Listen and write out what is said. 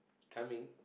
coming